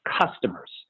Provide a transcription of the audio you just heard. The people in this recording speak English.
customers